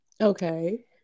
Okay